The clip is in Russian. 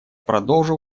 продолжу